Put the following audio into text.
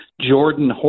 Jordan